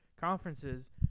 conferences